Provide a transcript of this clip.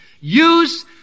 use